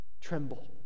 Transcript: Tremble